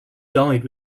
died